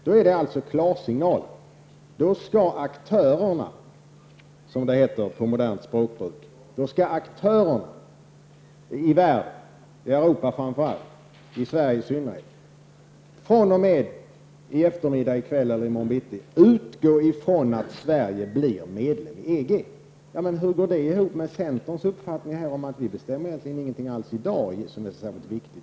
Då skulle det alltså vara en klarsignal och då skall aktörerna, som det heter i modernt språkbruk, i världen -- framför allt i Europa och i synnerhet i Sverige fr.o.m. i eftermiddag i kväll eller i morgon bitti utgå från att Sverige blir medlem i EG. Men hur går det ihop med centerns uppfattning att vi egentligen inte bestämmer någonting alls i dag.